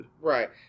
right